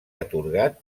atorgat